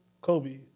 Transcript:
Kobe